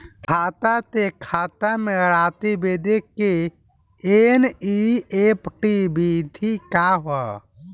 खाता से खाता में राशि भेजे के एन.ई.एफ.टी विधि का ह?